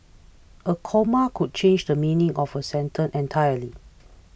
a comma could change the meaning of a sentence entirely